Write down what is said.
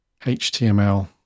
HTML